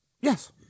Yes